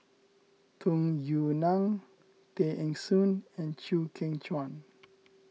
Tung Yue Nang Tay Eng Soon and Chew Kheng Chuan